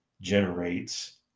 generates